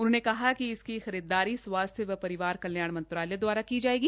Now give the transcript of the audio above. उन्होंने कहा कि इसकी खरीदारी स्वास्थ्य व परिवार कल्याण मंत्रालय दवारा की जायेगी